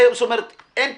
אין תכנון,